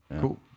Cool